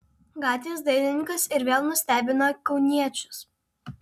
gatvės dailininkas ir vėl nustebino kauniečius